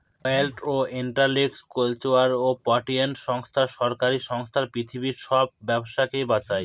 world intellectual property সংস্থা সরকারি সংস্থা পৃথিবীর সব ব্যবসাকে বাঁচায়